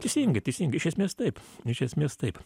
teisingai teisingai iš esmės taip iš esmės taip